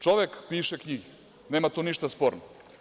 Čovek piše knjigu, nema tu ništa sporno.